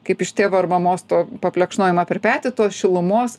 kaip iš tėvo ar mamos to paplekšnojimo per petį tos šilumos